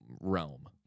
realm